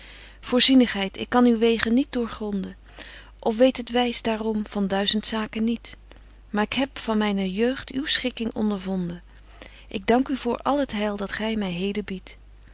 voorzienigheid ik kan uw wegen niet doergronden of weet het wys waarôm van duizend zaken niet maar k heb van myne jeugd uw schikking ondervonden ik dank u voor al t heil dat gy my heden biedt